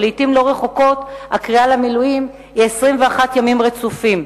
ולעתים לא רחוקות הקריאה למילואים היא 21 ימים רצופים,